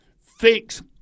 fix